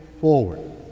forward